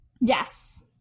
Yes